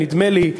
נדמה לי,